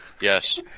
Yes